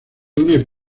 une